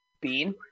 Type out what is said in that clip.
Bean